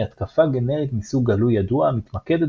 היא התקפה גנרית מסוג גלוי-ידוע המתמקדת